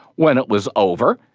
when it was over,